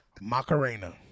Macarena